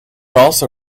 also